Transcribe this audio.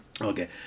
Okay